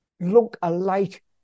look-alike